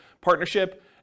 partnership